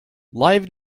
live